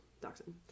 dachshund